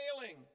failing